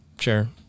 sure